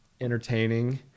entertaining